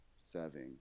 serving